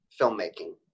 filmmaking